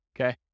okay